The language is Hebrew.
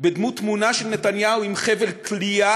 בדמות תמונה של נתניהו עם חבל תלייה.